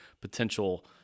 potential